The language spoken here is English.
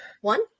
one